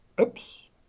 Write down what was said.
Oops